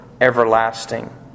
Everlasting